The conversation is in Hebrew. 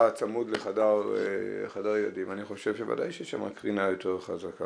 צמוד לחדר ילדים אני חושב שוודאי שיש שם קרינה יותר חזקה.